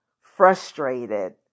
frustrated